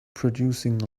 producing